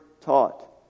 taught